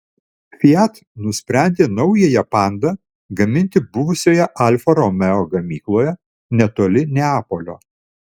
fiat nusprendė naująją panda gaminti buvusioje alfa romeo gamykloje netoli neapolio